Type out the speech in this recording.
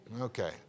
Okay